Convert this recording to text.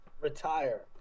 Retire